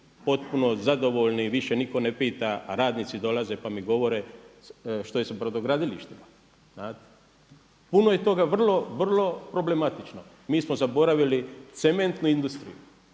potpuno zadovoljni, više nitko ne pita, radnici dolaze, pa mi govore što je sa brodogradilištima. Znate, puno je toga vrlo problematično. Mi smo zaboravili cementnu industriju